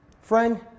Friend